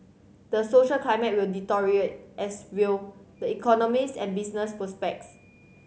the social climate will deteriorate as will the economies and business prospects